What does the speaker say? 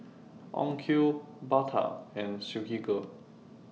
Onkyo Bata and Silkygirl